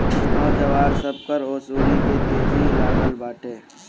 गाँव जवार, सबकर ओंसउनी के तेजी लागल बाटे